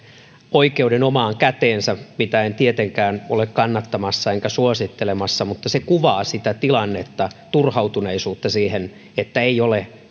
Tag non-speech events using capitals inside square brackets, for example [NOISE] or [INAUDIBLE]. oikeuden omaan käteensä mitä en tietenkään ole kannattamassa enkä suosittelemassa mutta se kuvaa sitä tilannetta turhautuneisuutta siihen että ei ole [UNINTELLIGIBLE]